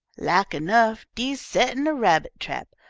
lak enough dee's settin' a rabbit trap.